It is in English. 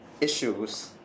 issues